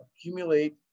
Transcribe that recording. accumulate